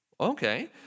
Okay